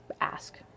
ask